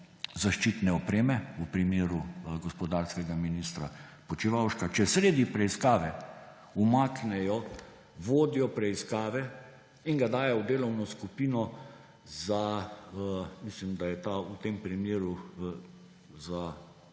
zaščitne opreme v primeru gospodarskega ministra Počivalška, sredi preiskave umaknejo in ga dajo v delovno skupino, mislim, da je ta v tem primeru za